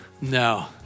No